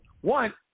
One